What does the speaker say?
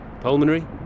Pulmonary